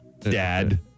Dad